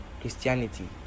Christianity